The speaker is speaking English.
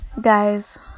guys